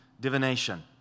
divination